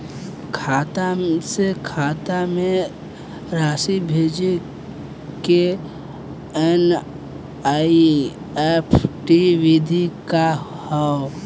खाता से खाता में राशि भेजे के एन.ई.एफ.टी विधि का ह?